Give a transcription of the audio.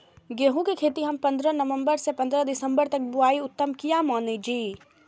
गेहूं के खेती हम पंद्रह नवम्बर से पंद्रह दिसम्बर तक बुआई उत्तम किया माने जी?